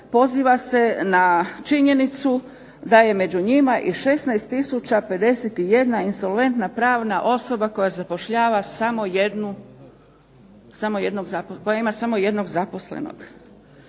poziva se na činjenicu da je među njima i 16 tisuća 51 insolventna prava osoba koja zapošljava samo jednog zaposlenog.